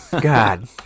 God